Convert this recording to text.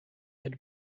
had